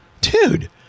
dude